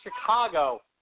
Chicago